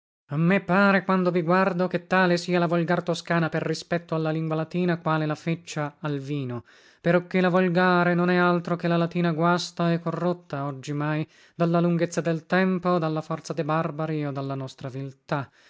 a me pare quando vi guardo che tale sia la volgar toscana per rispetto alla lingua latina quale la feccia al vino peroché la volgare non è altro che la latina guasta e corrotta oggimai dalla lunghezza del tempo o dalla forza de barbari o dalla nostra viltà